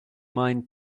mind